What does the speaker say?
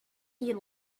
you